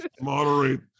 moderate